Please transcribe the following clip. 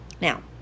Now